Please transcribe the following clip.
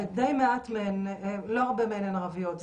ולא הרבה מהן הן ערביות.